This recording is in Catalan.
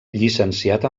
llicenciat